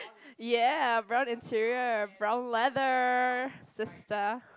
ya brown interior brown leather sister